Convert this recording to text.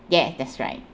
yeah that's right